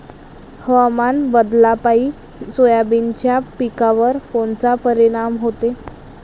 हवामान बदलापायी सोयाबीनच्या पिकावर कोनचा परिणाम होते?